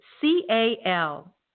C-A-L